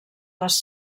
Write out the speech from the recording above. les